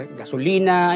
gasolina